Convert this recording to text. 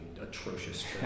atrocious